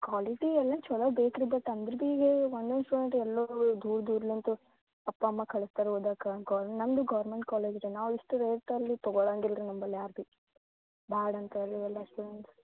quality ಎಲ್ಲ ಛಲೋ ಬೇಕು ರೀ ಬಟ್ ಅಂದ್ರೆ ಬಿಗೇ ಒಂದೊಂದು ಸಾವ್ರಂದರೆ ಎಲ್ಲರು ದೂರ ದೂರಲಿಂತು ಅಪ್ಪ ಅಮ್ಮ ಕಳಸ್ತಾರೆ ಓದೋಕಾ ಅಂದ್ಕೋ ನನ್ದು ಗೌರ್ಮೆಂಟ್ ಕಾಲೇಜ್ ರೀ ನಾವು ಇಷ್ಟು ರೇಟಲ್ಲಿ ತಗೋಳಂಗೆ ಇಲ್ಲರಿ ನಂಬಲ್ಲ ಯಾರು ಬಿ ಬ್ಯಾಡ ಅಂತಾರೆ ರೀ ಎಲ್ಲ ಸ್ಟೂಡೆಂಟ್ಸ್